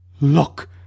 Look